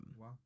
Wow